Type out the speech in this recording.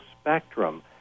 spectrum